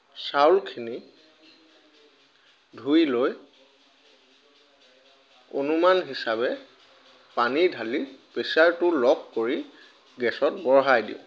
চাউলখিনি ধুই লৈ অনুমান হিচাপে পানী ঢালি প্ৰেছাৰটো লক কৰি গেছত বঢ়াই দিওঁ